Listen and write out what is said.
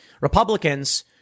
Republicans